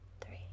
three